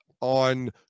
on